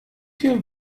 viel